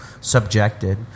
subjected